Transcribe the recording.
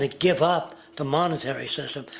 ah give up the monetary so